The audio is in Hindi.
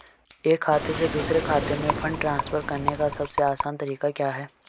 एक खाते से दूसरे खाते में फंड ट्रांसफर करने का सबसे आसान तरीका क्या है?